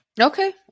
Okay